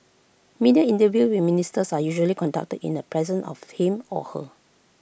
media interviews with ministers are usually conducted in the presence of him or her